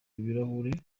ibirahure